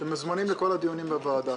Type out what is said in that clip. אתם מוזמנים לכל הדיונים בוועדה.